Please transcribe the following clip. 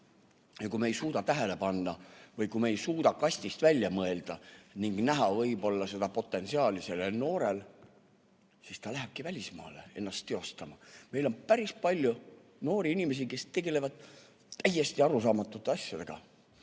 Ja kui me ei suuda tähele panna või kui me ei suuda kastist välja mõelda ega näha noore inimese potentsiaali, siis ta lähebki välismaale ennast teostama. Meil on päris palju noori inimesi, kes tegelevad täiesti arusaamatute asjadega.